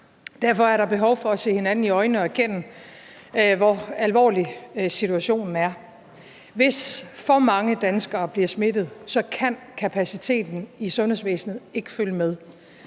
Derfor er der behov for at se hinanden i øjnene og erkende, hvor alvorlig situationen er. Hvis for mange danskere bliver smittet, kan kapaciteten i sundhedsvæsenet ikke følge med.